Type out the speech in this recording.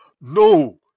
no